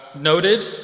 noted